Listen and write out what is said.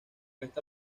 esta